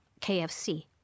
KFC